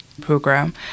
program